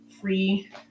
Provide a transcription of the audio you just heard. free